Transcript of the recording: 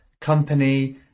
company